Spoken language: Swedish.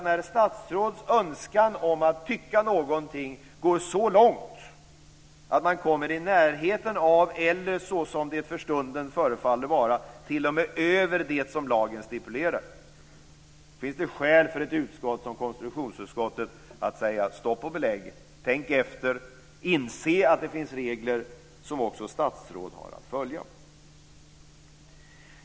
När statsråds önskan om att tycka någonting går så långt att man kommer i närheten av det som lagen stipulerar eller, såsom det för stunden förefaller, t.o.m. över det, finns det skäl för ett utskott som konstitutionsutskottet att säga: Stopp och belägg, tänk efter! Inse att det finns regler som också statsråd har att följa.